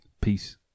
Peace